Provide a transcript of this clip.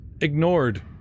ignored